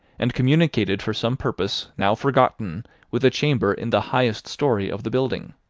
and communicated for some purpose now forgotten with a chamber in the highest story of the building.